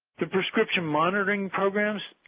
the prescription monitoring programs,